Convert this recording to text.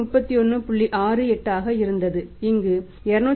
68 ஆக இருந்தது இங்கு 231